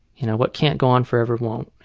you know what can't go on forever, won't.